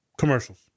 commercials